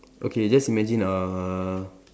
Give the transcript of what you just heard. okay just imagine uh